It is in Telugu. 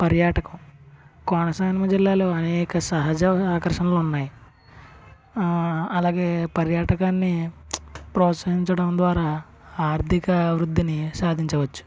పర్యాటకం కోనసీమ జిల్లాలో అనేక సహజ ఆకర్షణలు ఉన్నాయి అలాగే పర్యాటకాన్ని ప్రోత్సహించడం ద్వారా ఆర్ధిక అభివృద్ధిని సాధించవచ్చు